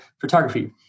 photography